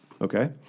Okay